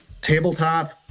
tabletop